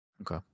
Okay